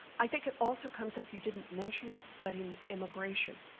i think it also comes up, you didn't mention it, but in immigration.